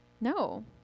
No